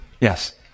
Yes